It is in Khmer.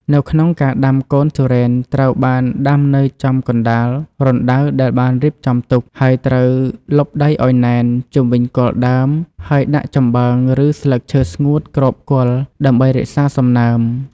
នៅក្នុងការដាំកូនទុរេនត្រូវបានដាំនៅចំកណ្តាលរណ្តៅដែលបានរៀបចំទុក ហើយត្រូវលប់ដីឱ្យណែន ជុំវិញគល់ដើម ហើយដាក់ចំបើង ឬស្លឹកឈើស្ងួតគ្របគល់ ដើម្បីរក្សាសំណើម។